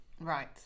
right